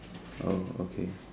oh okay